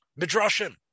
Midrashim